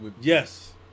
Yes